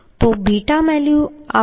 તો બીટા આપણે 0